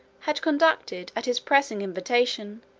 had conducted, at his pressing invitation,